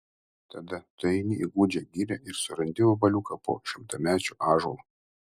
tada tu eini į gūdžią girią ir surandi vabaliuką po šimtamečiu ąžuolu